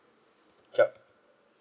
yup